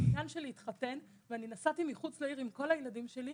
אחיין שלי התחתן ונסעתי מחוץ לעיר עם כל הילדים שלי,